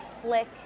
slick